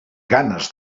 ganes